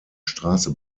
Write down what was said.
straße